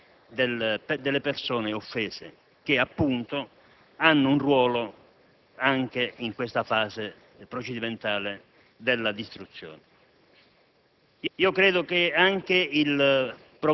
della vita civile, politica ed economica di questo Paese. Invece, abbiamo stabilito che dalle intercettazioni e dalle fascicolazioni illegali non si può trarre niente di utile, se non